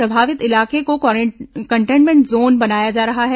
प्रभावित इलाके को कंटेनमेंट जोन बनाया जा रहा है